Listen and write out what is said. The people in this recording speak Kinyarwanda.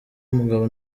umugabo